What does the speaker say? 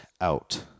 out